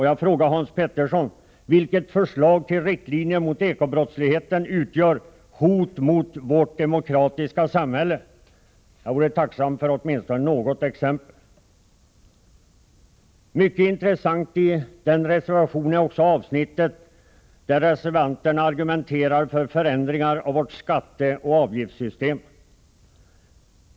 Jag frågar Hans Petersson i Röstånga: Vilket förslag till riktlinjer mot den ekonomiska brottsligheten utgör ett hot mot vårt demokratiska samhälle? Jag vore tacksam för åtminstone något exempel. Mycket intressant i reservation 1 är också avsnittet där reservanterna argumenterar för förändringar av vårt skatteoch avgiftssystem.